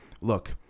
Look